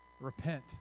Repent